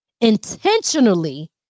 intentionally